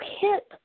hit